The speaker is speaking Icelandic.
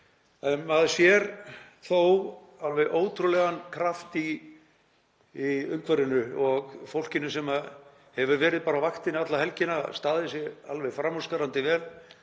Maður sér þó alveg ótrúlegan kraft í umhverfinu og fólkinu sem hefur verið á vaktinni alla helgina, staðið sig alveg framúrskarandi vel.